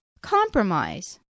compromise